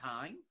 time